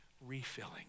refilling